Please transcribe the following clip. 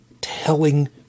telling